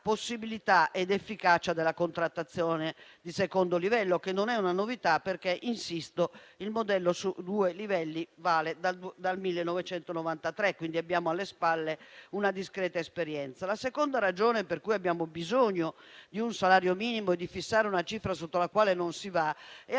possibilità e dell'efficacia della contrattazione di secondo livello, che non è una novità perché, insisto, il modello su due livelli vale dal 1993, quindi abbiamo alle spalle una discreta esperienza. La seconda ragione per cui abbiamo bisogno di un salario minimo e di fissare una cifra sotto la quale non andare